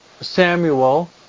Samuel